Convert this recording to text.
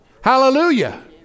Hallelujah